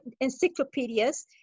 encyclopedias